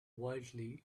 wildly